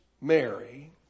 Mary